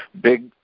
big